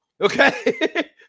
Okay